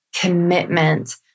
commitment